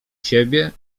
siebie